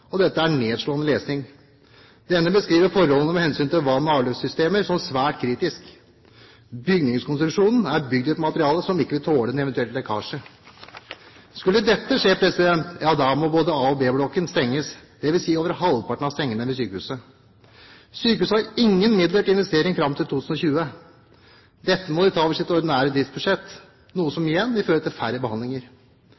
Skulle dette skje, ja da må både A-blokken og B-blokken stenges, dvs. over halvparten av sengene ved sykehuset. Sykehuset har ingen midler til investering fram til 2020. Dette må de ta over sitt ordinære driftsbudsjett, noe som